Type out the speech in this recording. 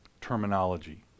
terminology